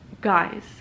guys